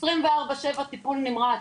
24/7 טיפול נמרץ.